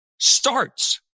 starts